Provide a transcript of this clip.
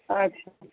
তাৰপিছত